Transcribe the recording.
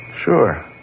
Sure